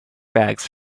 bags